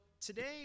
today